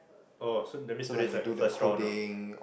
oh so that means today is like the first round ah